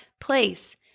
place